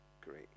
great